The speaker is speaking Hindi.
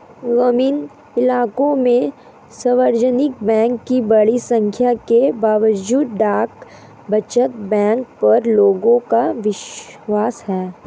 ग्रामीण इलाकों में सार्वजनिक बैंक की बड़ी संख्या के बावजूद डाक बचत बैंक पर लोगों का विश्वास है